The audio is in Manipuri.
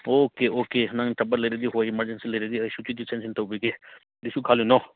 ꯑꯣꯀꯦ ꯑꯣꯀꯦ ꯅꯪ ꯊꯕꯛ ꯂꯩꯔꯗꯤ ꯍꯣꯏ ꯏꯃꯥꯔꯖꯦꯟꯁꯤ ꯂꯩꯔꯗꯤ ꯑꯩ ꯁꯨꯇꯤꯗꯤ ꯁꯦꯡꯁꯟ ꯇꯧꯕꯤꯒꯦ ꯀꯩꯁꯨ ꯈꯜꯂꯨꯅꯣ